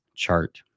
chart